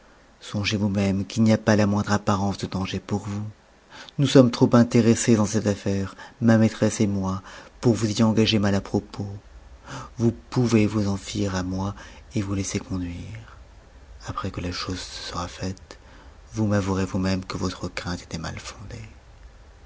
songez vous-même qu'il n'y a pas la moindre apparence de danger pour vous nous sommes trop intéressées en cette affaire ma maîtresse et moi pour vous y engager mal à propos vous pouvez vous en fier à moi et vous laisser conduire après que la chose se sera faite vous m'avouerez vous-même que votre crainte était mal fondée